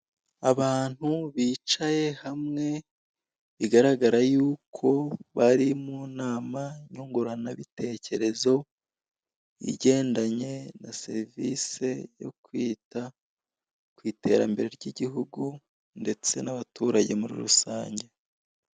Abantu bicaye hamwe bigaragara yuko bari munama nyungurana bitekerezo igendanye na serivise yo kwita kwiterambere ry'igihugu ndetse nabaturage muri rusange.